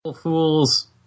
...fools